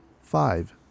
five